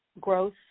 growth